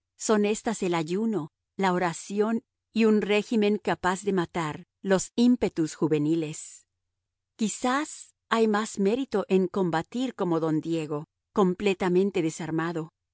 son éstas el ayuno la oración y un régimen capaz de matar los ímpetus juveniles quizás hay más mérito en combatir como don diego completamente desarmado